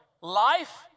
Life